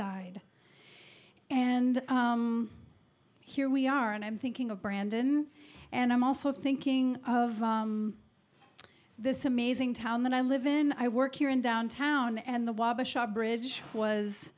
died and here we are and i'm thinking of brandon and i'm also thinking of this amazing town that i live in i work here in downtown and the bridge was